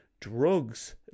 drugs